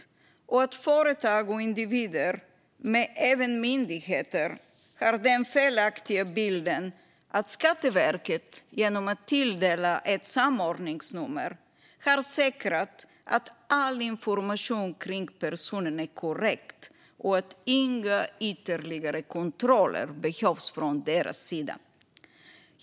Vidare har företag och individer, men även myndigheter, den felaktiga bilden att Skatteverket genom att tilldela ett samordningsnummer har säkrat att all information kring personen är korrekt och att inga ytterligare kontroller behövs från deras sida.